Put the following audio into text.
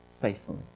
faithfully